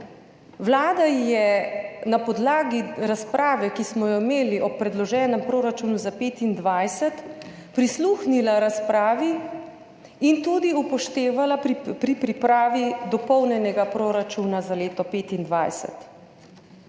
Vlada je na podlagi razprave, ki smo jo imeli ob predloženem proračunu za leto 2025, prisluhnila razpravi in jo tudi upoštevala pri pripravi dopolnjenega proračuna za leto 2025.